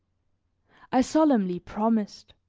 i solemnly promised.